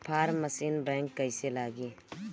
Form machine बैक कईसे लागी?